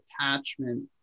attachment